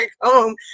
home